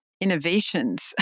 innovations